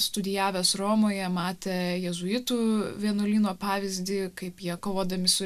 studijavęs romoje matė jėzuitų vienuolyno pavyzdį kaip jie kovodami su